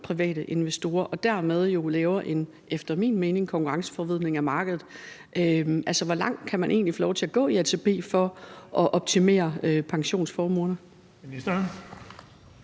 private investorer og dermed jo laver en efter min mening konkurrenceforvridning af markedet? Altså, hvor langt kan man egentlig få lov til at gå i ATP for at optimere pensionsformuerne?